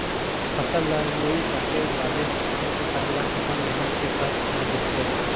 फसल ल लूए काटे बादे मे किसान ल अपन मेहनत के फर हर दिखथे